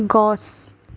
গছ